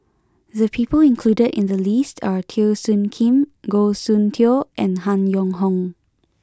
the people included in the list are Teo Soon Kim Goh Soon Tioe and Han Yong Hong